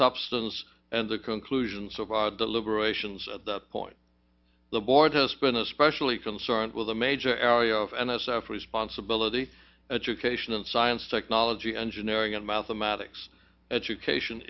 substance and the conclusions of our deliberations at that point the board has been especially concerned with a major area of n s f responsibility education in science technology engineering and mathematics education